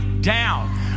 down